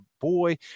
boy